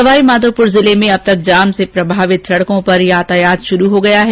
सवाईमाधोपुर जिले में अब तक जाम से प्रभावित सड़कों पर यातायात शुरू हो गया है